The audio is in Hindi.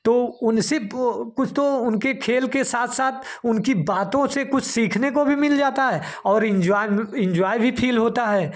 तो उनसे बो कुछ तो उनके खेल के साथ साथ उनकी बातों से कुछ सीखने को भी मिल जाता है और इंजॉय इंजॉय भी फील होता है